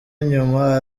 nyuma